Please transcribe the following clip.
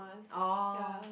oh